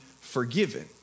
forgiven